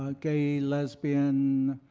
ah gay, lesbian,